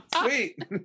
Sweet